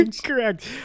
Correct